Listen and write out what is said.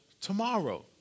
tomorrow